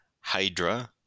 Hydra